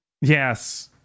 Yes